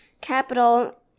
Capital